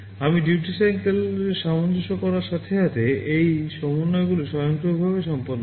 DUTY CYCLEটি সামঞ্জস্য করার সাথে সাথে এই সমন্বয়গুলি স্বয়ংক্রিয়ভাবে সম্পন্ন হয়